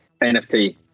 NFT